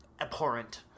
abhorrent